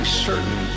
certain